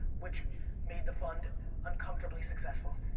which made the fund uncomfortably successful.